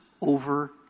over